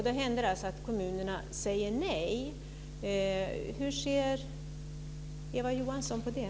Det händer att kommunerna säger nej. Hur ser Eva Johansson på det?